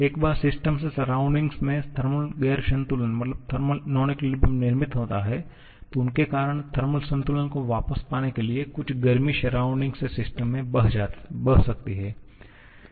एक बार सिस्टम के सराउंडिंग में थर्मल गैर संतुलन निर्मित होता है तो उनके कारन थर्मल संतुलन को वापस पाने के लिए कुछ गर्मी सराउंडिंग से सिस्टम में बह सकती है